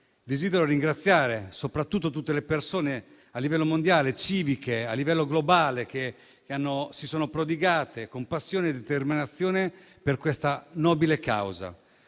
Desidero ringraziare soprattutto tutte le persone che, a livello mondiale e globale, si sono prodigate con passione e determinazione per questa nobile causa.